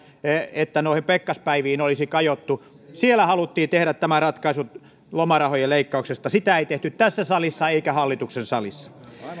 että noihin pekkaspäiviin olisi kajottu siellä haluttiin tehdä tämä ratkaisu lomarahojen leikkauksesta sitä ei tehty tässä salissa eikä hallituksen salissa